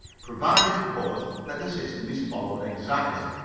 provided of course, that the system is followed exactly,